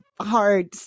hard